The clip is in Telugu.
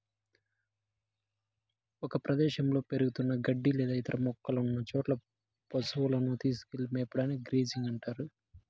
ఒక ప్రదేశంలో పెరుగుతున్న గడ్డి లేదా ఇతర మొక్కలున్న చోట పసువులను తీసుకెళ్ళి మేపడాన్ని గ్రేజింగ్ అంటారు